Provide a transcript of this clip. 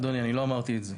אדוני, לא אמרתי את זה.